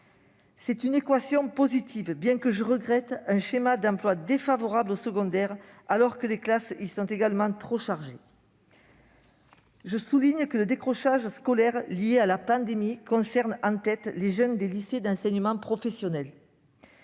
C'est une équation positive, bien que je regrette un schéma d'emploi défavorable au secondaire, alors que les classes y sont également trop chargées. Je souligne que le décrochage scolaire lié à la pandémie concerne d'abord les jeunes des lycées d'enseignement professionnel.